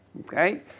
Okay